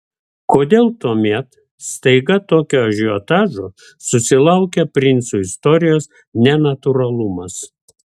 kodėl tuomet staiga tokio ažiotažo susilaukė princų istorijos nenatūralumas